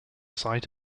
site